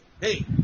Hey